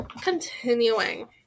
Continuing